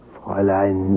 Fräulein